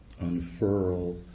unfurl